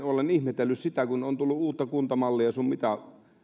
olen ihmetellyt kun on tullut uutta kuntamallia sun mitä